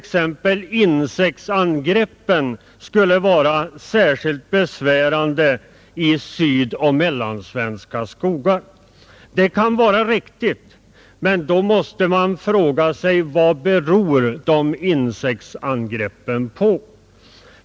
a, insektsangreppen skulle vara särskilt besvärande i sydoch mellansvenska skogar. Det kan vara riktigt. Men då måste man fråga sig: Vad beror dessa insektsangrepp på?